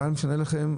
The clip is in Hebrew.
מה זה משנה לכם?